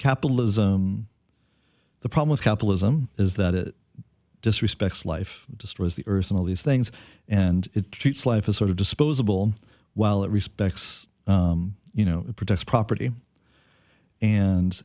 capitalism the problem of capitalism is that it just respects life destroys the earth and all these things and it treats life as sort of disposable while it respects you know protect property and